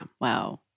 Wow